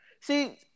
See